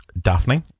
Daphne